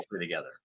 together